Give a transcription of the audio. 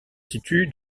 situe